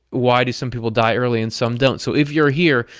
why do some people die early and some don't? so if you're here,